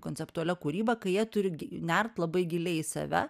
konceptualia kūryba kai jie turi nert labai giliai į save